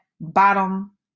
bottom